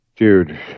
Dude